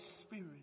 Spirit